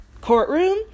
courtroom